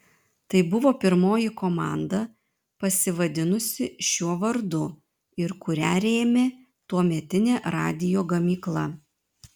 tai buvo pirmoji komanda pasivadinusi šiuo vardu ir kurią rėmė tuometinė radijo gamykla